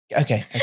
Okay